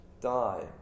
die